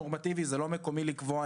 איך לקדם